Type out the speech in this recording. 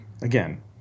again